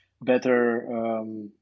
better